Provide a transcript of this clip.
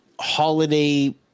holiday